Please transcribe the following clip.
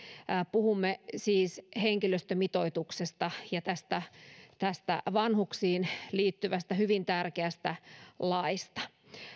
puhumme siis henkilöstömitoituksesta ja tästä tästä vanhuksiin liittyvästä hyvin tärkeästä laista